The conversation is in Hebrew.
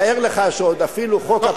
תאר לך שעוד אפילו חוק הפקחים,